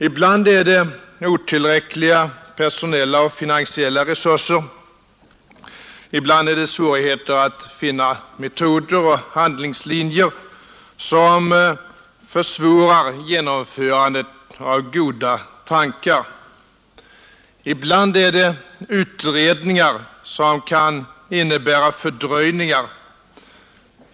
Ibland är det otillräckliga personella och finansiella resurser, ibland är det svårigheter att finna metoder och handlingslinjer som försvårar genomförandet av goda tankar. Ibland är det utredningar som kan innebära fördröjningar.